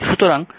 সুতরাং i i1 i2